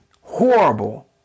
horrible